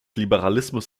liberalismus